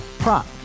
Prop